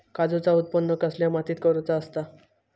काजूचा उत्त्पन कसल्या मातीत करुचा असता?